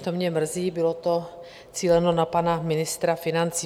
To mě mrzí, bylo to cíleno na pana ministra financí.